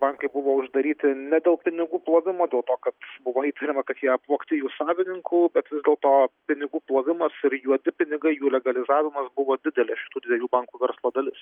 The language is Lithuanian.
bankai buvo uždaryti ne dėl pinigų plovimo dėl to kad buvo įtariama kad jie apvogti jų savininkų bet vis dėlto pinigų plovimas ir juodi pinigai jų legalizavimas buvo didelė šitų dviejų bankų verslo dalis